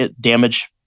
damage